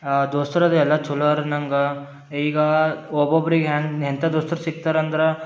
ದೋಸ್ತ್ರದ ಎಲ್ಲ ಛಲೋ ಅರ ನಂಗೆ ಈಗ ಒಬ್ಬೊಬ್ಬರಿಗೆ ಹ್ಯಾಂಗ ಎಂತ ದೋಸ್ತರು ಸಿಕ್ತಾರಂದ್ರ